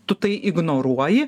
tu tai ignoruoji